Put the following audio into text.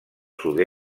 sud